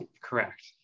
Correct